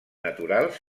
naturals